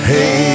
Hey